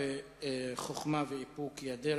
וחוכמה ואיפוק הם הדרך.